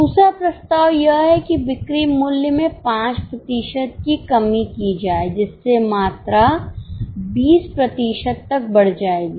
दूसरा प्रस्ताव यह है कि बिक्री मूल्य में 5 प्रतिशत की कमी की जाए जिससे मात्रा 20 प्रतिशत तक बढ़ जाएगी